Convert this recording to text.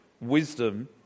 Wisdom